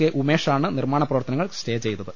K Umesh ആണ് നിർമ്മാണപ്രവർത്തനങ്ങൾ സ്റ്റേചെയ്തത്